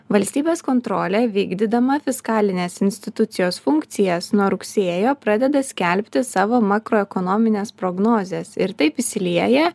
valstybės kontrolė vykdydama fiskalinės institucijos funkcijas nuo rugsėjo pradeda skelbti savo makroekonomines prognozes ir taip įsilieja